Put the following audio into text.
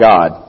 God